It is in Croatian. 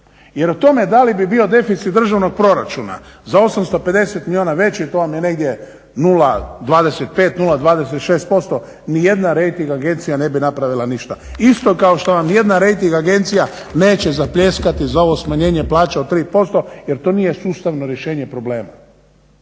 Jer o tome da li bi bio deficit državnog proračuna za 850 milijuna veći to vam je negdje 0,25, 0,26%, ni jedna rejting agencija ne bi napravila ništa isto kao što vam ni jedna rejting agencija neće zapljeskati za ovo smanjenje plaća od 3% jer to nije sustavno rješenje problema.